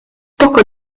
poco